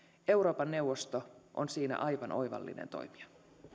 euroopan neuvosto on siinä aivan oivallinen toimija